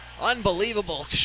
unbelievable